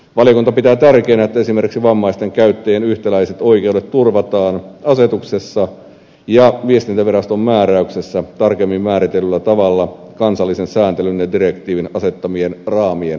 valiokunta pitää tärkeänä että esimerkiksi vammaisten käyttäjien yhtäläiset oikeudet turvataan asetuksessa ja viestintäviraston määräyksessä tarkemmin määritellyllä tavalla kansallisen sääntelyn ja direktiivin asettamien raamien puitteissa